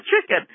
chicken